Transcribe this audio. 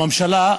הממשלה,